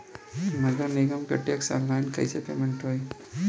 नगर निगम के टैक्स ऑनलाइन कईसे पेमेंट होई?